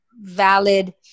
valid